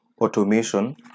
automation